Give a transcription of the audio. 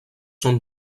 són